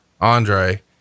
Andre